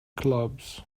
clubs